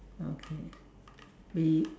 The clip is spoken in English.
okay we